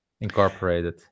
incorporated